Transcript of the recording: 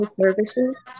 services